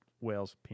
whale's